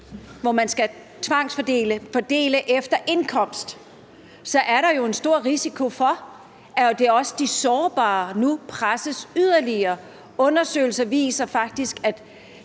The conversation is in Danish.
hvor man skal tvangsfordele, fordele efter indkomst, er der jo en stor risiko for, at det også er de sårbare, der nu presses yderligere. Undersøgelser viser faktisk, at